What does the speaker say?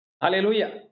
Hallelujah